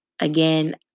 Again